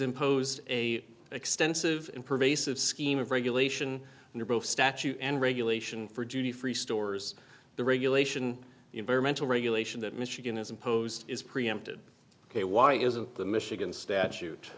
imposed a extensive and pervasive scheme of regulation and both statute and regulation for duty free stores the regulation environmental regulation that michigan has imposed is preempted ok why isn't the michigan statute